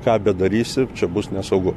ką bedarysi čia bus nesaugu